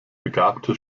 begabte